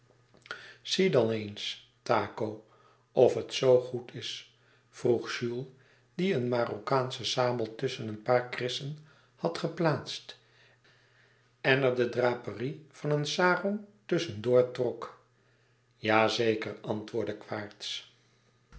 dan eens taco of het zoo goed is vroeg jules die een marokkaansche sabel tusschen een paar krissen had geplaatst en er de draperie van een sarong tusschen door trok ja zeker antwoordde